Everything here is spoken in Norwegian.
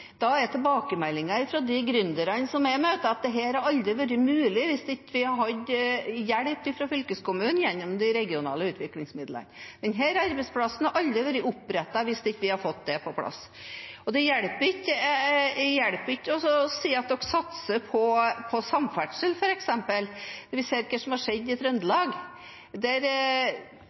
er tilbakemeldingene fra de gründerne jeg møter, at dette hadde aldri vært mulig hvis de ikke hadde hjelp fra fylkeskommunen gjennom de regionale utviklingsmidlene, denne arbeidsplassen hadde aldri vært opprettet hvis de ikke hadde fått det på plass. Det hjelper ikke å si at en satser på f.eks. samferdsel hvis man ser hva som har skjedd i Trøndelag.